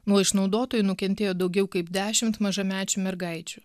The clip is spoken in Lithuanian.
nuo išnaudotojų nukentėjo daugiau kaip dešimt mažamečių mergaičių